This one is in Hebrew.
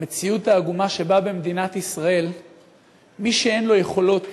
המציאות העגומה שבה במדינת ישראל מי שאין לו יכולות